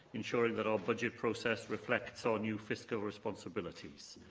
ensuring that our budget process reflects our new fiscal responsibilities.